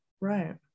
Right